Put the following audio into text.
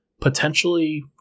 potentially